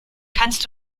kannst